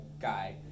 guy